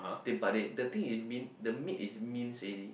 they but they the thing is meat the meat is minced already